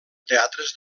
teatres